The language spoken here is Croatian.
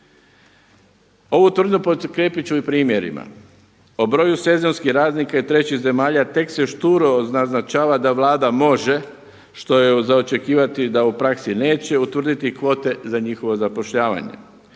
Ovu tvrdnju potkrijepit ću i primjerima. O broju sezonskih radnika iz trećih zemalja tek se šturo naznačava da Vlada može što je za očekivati da u praksi neće utvrditi kvote za njihovo zapošljavanje.